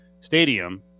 stadium